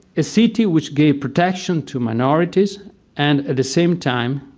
a city which gave protection to minorities and, at the same time,